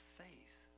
faith